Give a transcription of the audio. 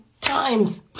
times